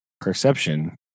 perception